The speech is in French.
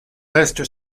reste